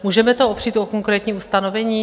Můžeme to opřít o konkrétní ustanovení?